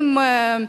אם,